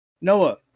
Noah